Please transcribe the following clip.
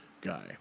guy